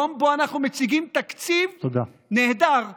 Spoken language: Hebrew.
יום שבו אנחנו מציגים תקציב נהדר למדינה,